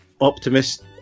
optimist